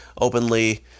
openly